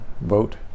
vote